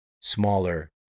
smaller